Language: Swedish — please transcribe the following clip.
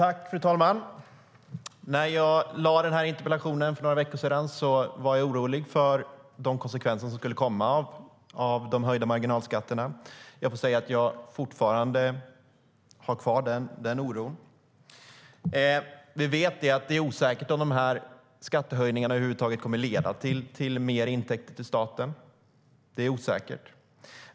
Fru talman! När jag ställde den här interpellationen för några veckor sedan var jag orolig för konsekvenserna av de höjda marginalskatterna. Jag får säga att jag fortfarande har kvar den oron. Vi vet att det är osäkert om de här skattehöjningarna över huvud taget kommer att leda till mer intäkter till staten. Det är osäkert.